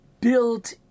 Built